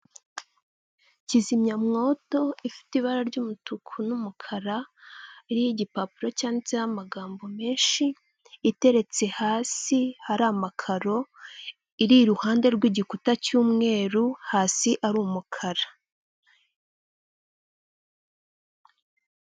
Kizimyamwoto ifite ibara ry'umutuku n'umukara, iriho igipapuro cyanditseho amagambo menshi, iteretse hasi hari amakaro, iri iruhande rw'igikuta cy'umweru hasi ari umukara.